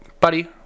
Buddy